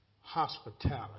hospitality